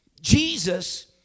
Jesus